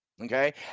okay